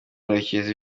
murekezi